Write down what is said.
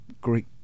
great